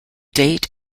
date